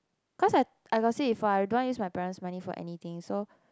cause I I got say before I don't want use my parent's money for anything so